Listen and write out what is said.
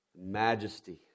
majesty